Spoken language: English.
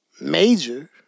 major